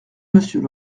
monsieur